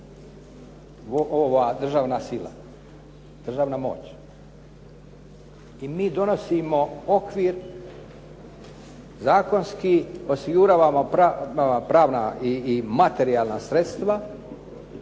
ova državna sila, državna moć. I mi donosimo okvir zakonski, osiguravamo pravna i materijalna sredstva